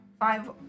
Five